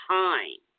time